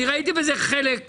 האוצר הוא בעיית הבעיות כאן.